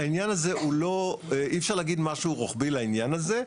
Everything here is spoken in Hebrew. העניין הזה אי אפשר להגיד משהו רוחבי לעניין הזה,